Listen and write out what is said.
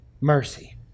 mercy